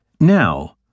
Now